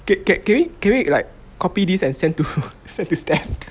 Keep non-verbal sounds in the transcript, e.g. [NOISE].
can can can we can we like copy this and send to [LAUGHS] send to stef